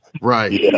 Right